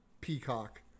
peacock